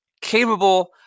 capable